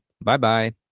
Bye-bye